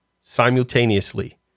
simultaneously